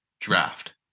draft